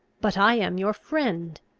but i am your friend.